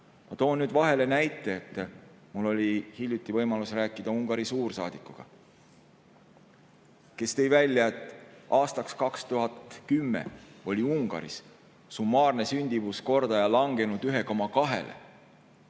toon nüüd vahele ühe näite. Mul oli hiljuti võimalus rääkida Ungari suursaadikuga. Ta tõi välja, et aastaks 2010 oli Ungaris summaarne sündimuskordaja langenud 1,2‑le